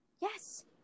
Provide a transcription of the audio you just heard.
Yes